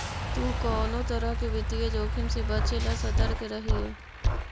तु कउनो तरह के वित्तीय जोखिम से बचे ला सतर्क रहिये